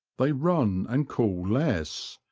they run and call less,